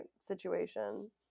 situation